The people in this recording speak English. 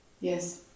yes